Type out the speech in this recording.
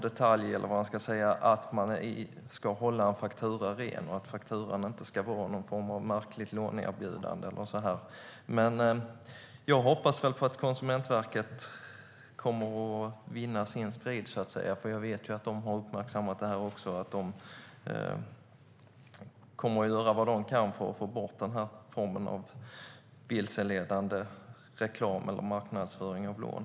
Man ska hålla en faktura ren - den ska inte vara någon form av märkligt låneerbjudande. Men jag hoppas på att Konsumentverket kommer att vinna sin strid. Jag vet att de har uppmärksammat det här och att de kommer att göra vad de kan för att få bort den här formen av vilseledande reklam och marknadsföring av lån.